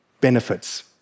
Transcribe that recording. benefits